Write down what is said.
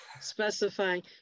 specifying